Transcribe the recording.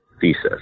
thesis